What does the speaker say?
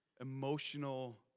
emotional